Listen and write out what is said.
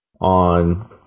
on